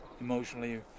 emotionally